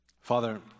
Father